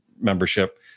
membership